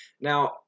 Now